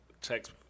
text